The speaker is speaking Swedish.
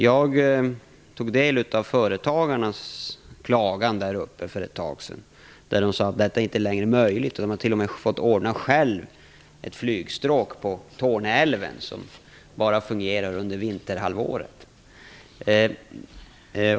Jag tog del av företagarnas klagan där uppe för ett tag sedan. De sade att det inte längre var möjligt att fortsätta så här. De hade t.o.m. själva fått ordna ett flygstråk på Torne älv som bara fungerar under vinterhalvåret.